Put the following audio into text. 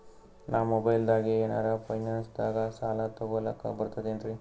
ನಾ ಮೊಬೈಲ್ದಾಗೆ ಏನರ ಫೈನಾನ್ಸದಾಗ ಸಾಲ ತೊಗೊಲಕ ಬರ್ತದೇನ್ರಿ?